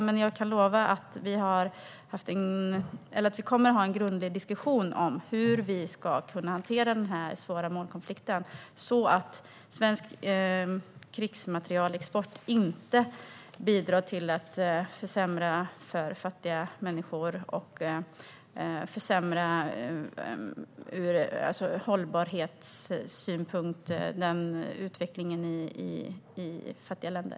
Men jag kan lova att vi kommer att ha en grundlig diskussion om hur vi ska kunna hantera denna svåra målkonflikt, så att svensk krigsmaterielexport inte bidrar till att försämra för fattiga människor och från hållbarhetssynpunkt försämra utvecklingen i fattiga länder.